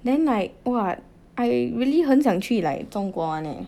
then like what I really 很想去 like 中国 [one] leh